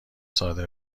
صادر